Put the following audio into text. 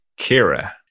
Kira